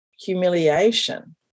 humiliation